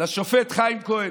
לשופט חיים כהן.